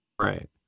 right